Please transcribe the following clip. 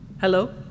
Hello